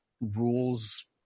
rules